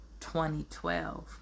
2012